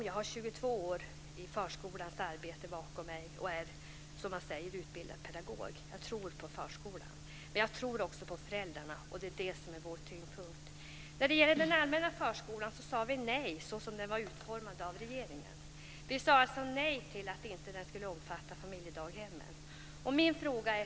Jag har 22 års arbete i förskolan bakom mig, och jag är utbildad pedagog. Jag tror på förskolan. Men jag tror också på föräldrarna, och det är det som är vår tyngdpunkt. Såsom den allmänna förskolan var utformad av regeringen sade vi nej till den. Vi sade nej till att den inte skulle omfatta familjedaghemmen.